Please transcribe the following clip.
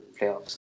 playoffs